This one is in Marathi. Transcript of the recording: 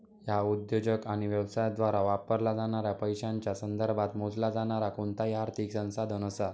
ह्या उद्योजक आणि व्यवसायांद्वारा वापरला जाणाऱ्या पैशांच्या संदर्भात मोजला जाणारा कोणताही आर्थिक संसाधन असा